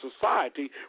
society